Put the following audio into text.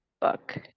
book